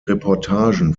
reportagen